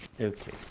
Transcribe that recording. Okay